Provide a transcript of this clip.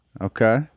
Okay